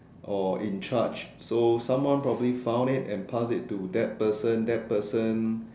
or in charge so someone probably found it and passed it to that person that person